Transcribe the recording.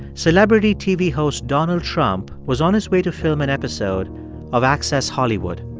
celebrity tv host donald trump was on his way to film an episode of access hollywood.